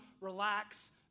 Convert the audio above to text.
relax